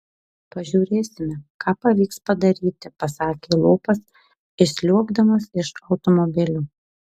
pažiūrėsime ką pavyks padaryti pasakė lopas išsliuogdamas iš automobilio